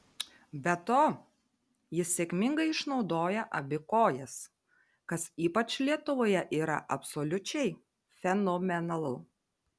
be to jis sėkmingai išnaudoja abi kojas kas ypač lietuvoje yra absoliučiai fenomenalu